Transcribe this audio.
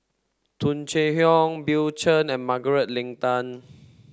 Tung Chye Hong Bill Chen and Margaret Leng Tan